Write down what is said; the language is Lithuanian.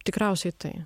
tikriausiai tai